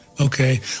okay